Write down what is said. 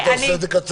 היית עושה את זה קצר.